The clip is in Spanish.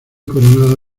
coronada